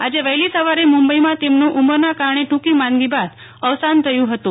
આજે વહેલી સવારે મુંબઇમાં તેમનુ ઉમરના કારણે ટ્રંકી માંદગી બાદ અવસાન થયુ હતુ